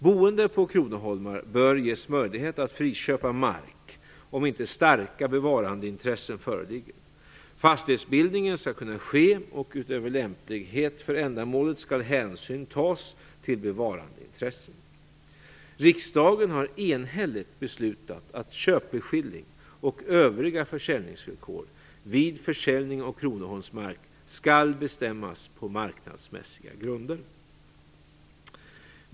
Boende på kronoholmar bör ges möjlighet att friköpa mark om inte starka bevarandeintressen föreligger. Fastighetsbildning skall kunna ske och utöver lämplighet för ändamålet skall hänsyn tas till bevarandeintressen. Riksdagen har enhälligt beslutat att köpeskilling och övriga försäljningsvillkor vid försäljning av kronoholmsmark skall bestämmas på marknadsmässiga grunder.